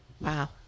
Wow